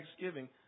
Thanksgiving